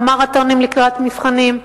או מרתונים לקראת מבחנים.